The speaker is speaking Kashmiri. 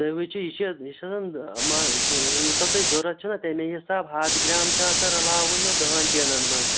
تُہۍ وُچھِو یہِ چھُ یہِ چھُنہٕ مان ژٕ یوٗتاہ تۄہہِ ضروٗرت چھُناہ تَمے حِساب ہتھ گرام چھُ آسان رَلاوُن دَہن ٹیٖنَن مَنٛز